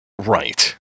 Right